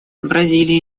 бразилия